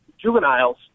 juveniles